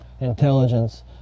intelligence